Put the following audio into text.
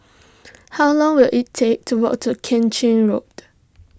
how long will it take to walk to King Road